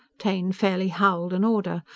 taine fairly howled an order.